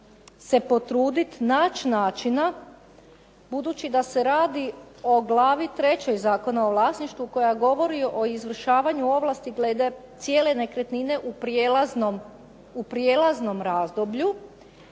se potruditi naći načina, budući da se radi o glavi III Zakona o vlasništvu koja govori o izvršavanju ovlasti glede cijele nekretnine u prijelaznom razdoblju,